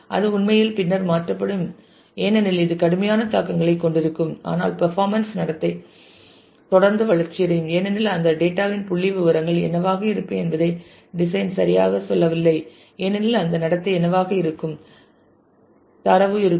அது உண்மையில் பின்னர் மாற்றப்படும் ஏனெனில் இது கடுமையான தாக்கங்களைக் கொண்டிருக்கும் ஆனால் பர்ஃபாமென்ஸ் நடத்தை தொடர்ந்து வளர்ச்சியடையும் ஏனெனில் அந்தத் டேட்டா இன் புள்ளிவிவரங்கள் என்னவாக இருக்கும் என்பதை டிசைன் சரியாகச் சொல்லவில்லை ஏனெனில் அந்த நடத்தை என்னவாக இருக்கும் தரவு இருக்கும்